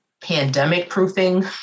pandemic-proofing